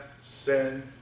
sin